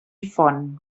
font